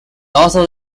also